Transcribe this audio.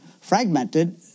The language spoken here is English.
fragmented